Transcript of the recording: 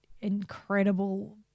incredible